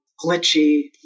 glitchy